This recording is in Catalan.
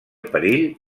perill